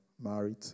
married